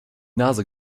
nase